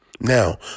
Now